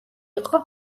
იყო